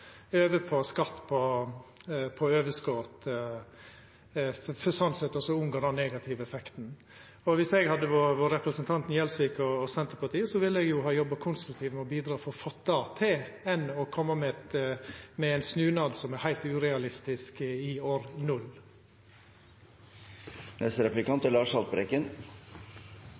over på skatt på overskot, for slik sett å unngå den negative effekten. Dersom eg hadde vore representanten Gjelsvik eller Senterpartiet, ville eg heller ha jobba konstruktivt med å bidra til å få det til, enn å koma med ein snunad som er heilt urealistisk i år